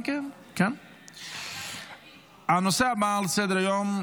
חברי הכנסת, הנושא הבא על סדר-היום,